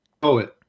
poet